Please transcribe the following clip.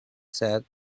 said